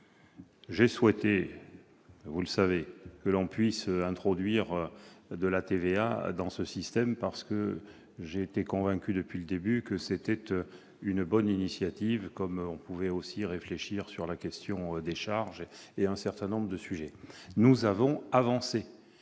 J'ai souhaité que l'on puisse introduire de la TVA dans le système, parce que j'étais convaincu depuis le début que c'était une bonne initiative- comme on pouvait aussi réfléchir sur la question des charges et un certain nombre d'autres sujets. Nous avons donc